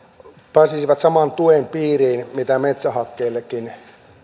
pääsisivät saman tuen piiriin mitä metsähakkeillekin